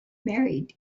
married